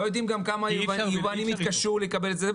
לא יודעים גם כמה יבואנים יתקשו לקבל את זה.